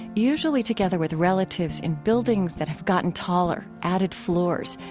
usually together with relatives in buildings that have gotten taller, added floors,